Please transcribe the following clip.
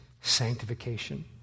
sanctification